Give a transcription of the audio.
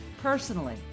personally